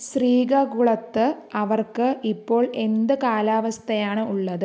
ശ്രീക കുളത്ത് അവർക്ക് ഇപ്പോൾ എന്ത് കാലാവസ്ഥയാണ് ഉള്ളത്